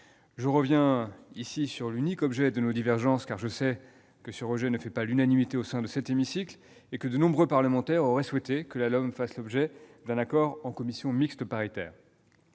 Je reviens maintenant sur l'unique objet de nos divergences, car je sais que le rejet de ce texte ne fait pas l'unanimité au sein de cet hémicycle, et que de nombreux parlementaires auraient souhaité qu'il fasse l'objet d'un accord en commission mixte paritaire.